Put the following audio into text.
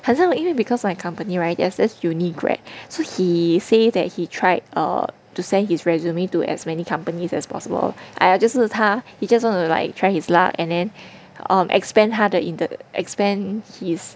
很像因为 because my company right there is this uni grad so he say that he tried err to send his resume to as many companies as possible !aiya! 就是他 he just want to like try his luck and then um expand 他的 expand his